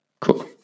Cool